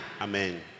Amen